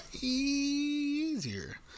easier